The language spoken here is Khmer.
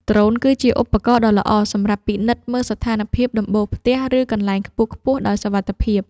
ដ្រូនគឺជាឧបករណ៍ដ៏ល្អសម្រាប់ពិនិត្យមើលស្ថានភាពដំបូលផ្ទះ ឬកន្លែងខ្ពស់ៗដោយសុវត្ថិភាព។